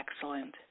excellent